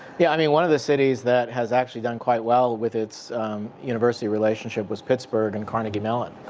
yeah. i mean, one of the cities that has actually done quite well with its university relationship was pittsburgh and carnegie mellon. right.